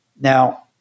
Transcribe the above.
Now